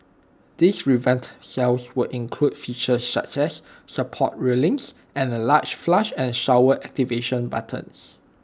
these revamped cells will include features such as support railings and the large flush and shower activation buttons